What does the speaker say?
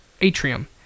atrium